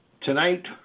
Tonight